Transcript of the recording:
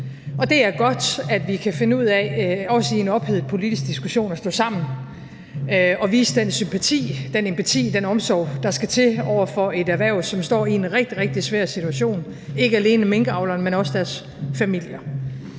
og det er godt, at vi kan finde ud af – også i en ophedet politisk diskussion – at stå sammen og vise den sympati, den empati, den omsorg, der skal til, over for et erhverv, som står i en rigtig, rigtig svær situation; ikke alene minkavlerne, men også deres familier.